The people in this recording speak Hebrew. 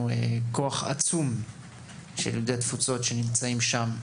כוח עצום של יהודי התפוצות שנמצאים שם,